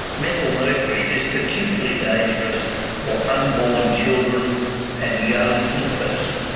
methylmercury is particularly dangerous for unborn children and young infants.